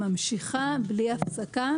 ממשיכה בלי הפסקה,